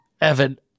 Evan